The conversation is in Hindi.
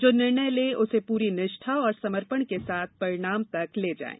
जो निर्णय लें उसे पूरी निष्ठा और समर्पण के साथ परिणाम तक ले जाये